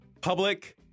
Public